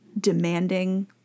demanding